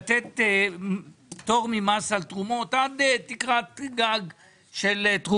לתת פטור ממס על תרומות עד תקרת גג מסוימת,